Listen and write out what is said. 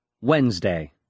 Wednesday